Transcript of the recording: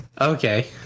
Okay